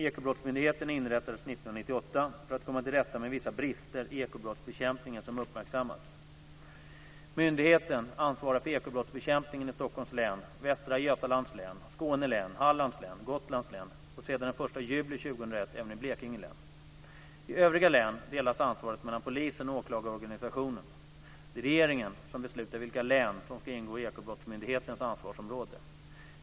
Ekobrottsmyndigheten inrättades 1998 för att komma till rätta med vissa brister i ekobrottsbekämpningen som uppmärksammats. Myndigheten ansvarar för ekobrottsbekämpningen i Stockholms län, Västra Götalands län, Skåne län, Hallands län, Gotlands län och sedan den 1 juli 2001 även i Blekinge län. I övriga län delas ansvaret mellan polisen och åklagarorganisationen. Det är regeringen som beslutar vilka län som ska ingå i Ekobrottsmyndighetens ansvarsområde.